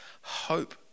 hope